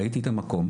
ראיתי את המקום,